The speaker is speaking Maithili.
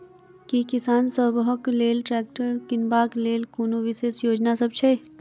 की किसान सबहक लेल ट्रैक्टर किनबाक लेल कोनो विशेष योजना सब छै?